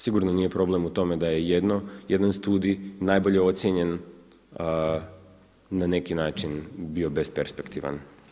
Sigurno nije problem u tome da je jedan studij najbolje ocijenjen na neki način bio besperspektivan.